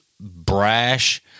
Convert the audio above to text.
brash